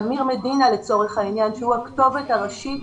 אמיר מדינה לצורך העניין, שהוא הכתובת הראשית.